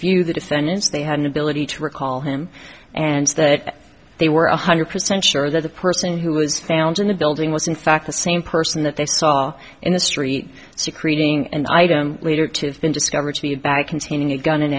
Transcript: view the defendants they had an ability to recall him and that they were one hundred percent sure that the person who was found in the building was in fact the same person that they saw in the street see creating an item later to have been discovered to be back containing a gun